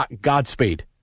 godspeed